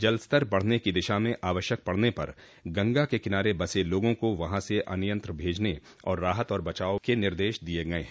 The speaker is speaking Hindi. जलस्तर बढ़ने की दिशा में आवश्यकता पड़ने पर गंगा के किनारे बसे लोगों को वहां से अन्यंत्र भेजने और राहत और बचाव के निर्देश दिये गये हैं